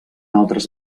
altres